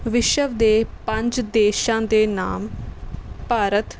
ਵਿਸ਼ਵ ਦੇ ਪੰਜ ਦੇਸ਼ਾਂ ਦੇ ਨਾਮ ਭਾਰਤ